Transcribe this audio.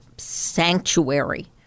sanctuary